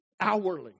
hourly